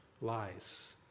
lies